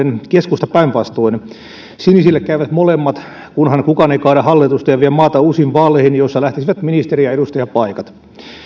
saa valinnanvapauden keskusta päinvastoin sinisille käyvät molemmat kunhan kukaan ei kaada hallitusta ja vie maata uusiin vaaleihin joissa lähtisivät ministeri ja edustajapaikat